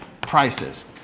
prices